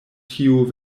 tiu